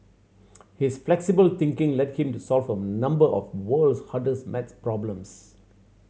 his flexible thinking led him to solve a number of world's hardest math problems